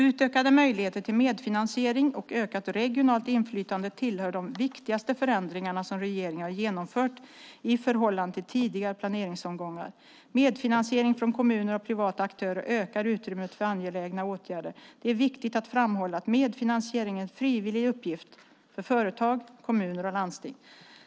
Utökade möjligheter till medfinansiering och ökat regionalt inflytande tillhör de viktigaste förändringarna som regeringen har genomfört i förhållande till tidigare planeringsomgångar. Medfinansiering från kommuner och privata aktörer ökar utrymmet för angelägna åtgärder. Det är viktigt att framhålla att medfinansiering är en frivillig uppgift för företag, kommuner och landsting.